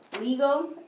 Legal